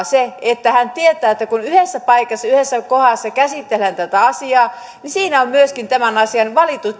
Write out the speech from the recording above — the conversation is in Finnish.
se että hän tietää että kun yhdessä paikassa yhdessä kohdassa käsitellään tätä asiaa niin siinä on myöskin tämän asian